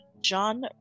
John